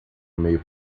mail